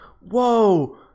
Whoa